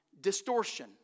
Distortion